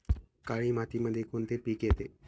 काळी मातीमध्ये कोणते पिके येते?